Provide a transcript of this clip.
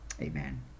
Amen